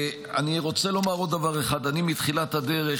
אני רוצה לומר עוד דבר אחד: אני מתחילת הדרך